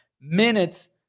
minutes